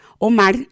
Omar